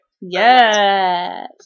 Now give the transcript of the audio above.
Yes